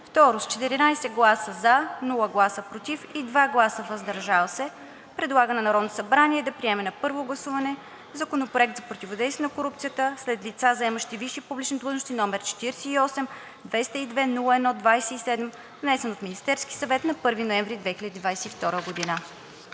Второ, с 14 гласа „за“, без „против“ и 2 гласа „въздържал се“ предлага на Народното събрание да приеме на първо гласуване Законопроект за противодействие на корупцията сред лица, заемащи висши публични длъжности, № 48-202-01-27, внесен от Министерски съвет на 1 ноември 2022 г.“